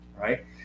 right